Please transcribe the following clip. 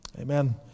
Amen